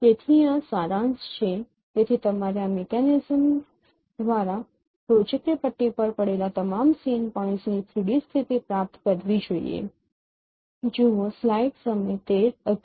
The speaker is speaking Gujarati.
તેથી આ સારાંશ છે તેથી તમારે આ મિકેનિઝમ દ્વારા પ્રોજેકટેડ પટ્ટી પર પડેલા તમામ સીન પોઇન્ટ્સની 3 ડી સ્થિતિ પ્રાપ્ત કરવી જોઈએ